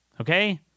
Okay